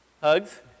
hugs